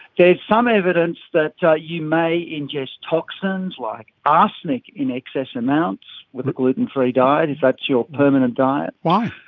there is some evidence that that you may ingest toxins like arsenic arsenic in excess amounts with a gluten-free diet if that's your permanent diet. why?